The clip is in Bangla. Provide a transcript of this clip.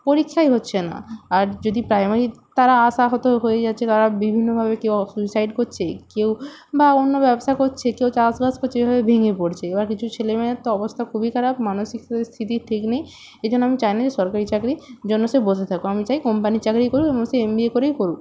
পরীক্ষাই হচ্ছে না আর যদি প্রাইমারি তারা আশাহত হয়ে যাচ্ছে তারা বিভিন্নভাবে কেউ সুইসাইড কচ্ছে কেউ বা অন্য ব্যবসা করছে কেউ চাষবাস করছে এইভাবে ভেঙে পড়ছে এবার কিছু ছেলে মেয়ের তো অবস্থা খুবই খারাপ মানসিক পরিস্থিতির ঠিক নেই এই জন্য আমি চাই না যে সরকারি চাকরি জন্য সে বসে থাকুক আমি চাই কোম্পানির চাকরিই করুক এবং সে এম বি এ করেই করুক